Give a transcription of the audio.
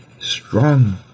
strong